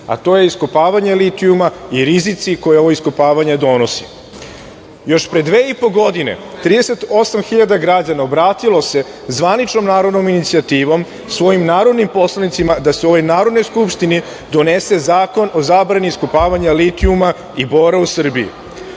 a to je iskopavanje litijuma i rizici koje ovo iskopavanje donosi. Još pre dve i po godine 38.000 građana obratilo se zvaničnom narodnom inicijativom svojim narodnim poslanicima da se u ovoj Narodnoj skupštini donese zakon o zabrani iskopavanja litijuma i bora u Srbiji.